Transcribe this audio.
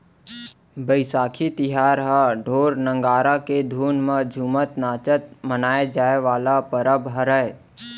बइसाखी तिहार ह ढोर, नंगारा के धुन म झुमत नाचत मनाए जाए वाला परब हरय